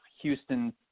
Houston